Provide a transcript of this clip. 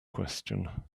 question